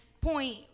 point